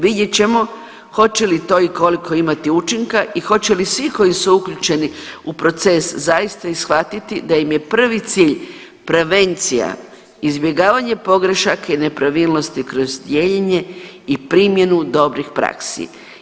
Vidjet ćemo hoće li to i koliko imati učinka i hoće li svi koji su uključeni u proces zaista i shvatiti da im je prvi cilj prevencija, izbjegavanje pogrešaka i nepravilnosti kroz dijeljenje i primjenu dobrih praksi.